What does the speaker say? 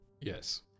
Yes